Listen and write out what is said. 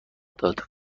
داد